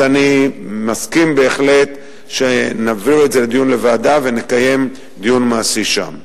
אז אני מסכים בהחלט שנעביר את זה לדיון בוועדה ונקיים דיון מעשי שם.